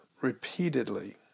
repeatedly